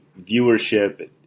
viewership